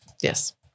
Yes